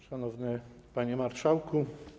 Szanowny Panie Marszałku!